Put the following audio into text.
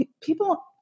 people